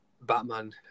Batman